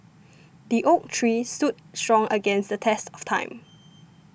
the oak tree stood strong against the test of time